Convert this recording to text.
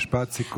משפט סיכום.